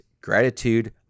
gratitude